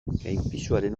gainpisuaren